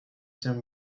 tiens